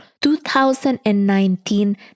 2019